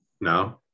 No